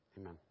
amen